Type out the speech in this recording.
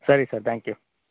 ಸರಿ sir thank you